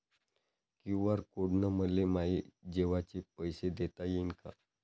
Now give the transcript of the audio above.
QR code न मले माये जेवाचे पैसे देता येईन का?